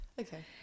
Okay